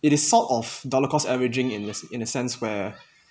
it is sort of dollar-cost averaging in a in a sense where